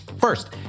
First